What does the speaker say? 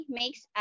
makes